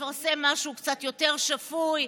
לפרסם משהו קצת יותר שפוי,